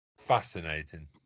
fascinating